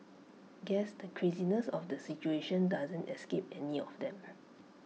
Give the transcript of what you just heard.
guess the craziness of the situation doesn't escape any of them